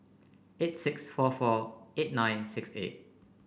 eight six four four eight nine six eight